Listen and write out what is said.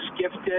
gifted